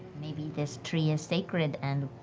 maybe this tree is sacred and